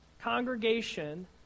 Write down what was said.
congregation